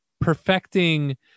perfecting